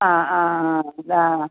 ആ ആ ആ അതാണ്